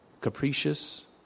capricious